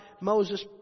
Moses